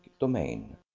domain